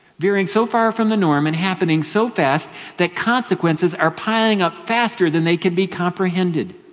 veering so far from the norm and happening so fast that consequences are piling up faster than they could be comprehended.